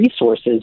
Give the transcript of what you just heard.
resources